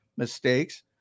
mistakes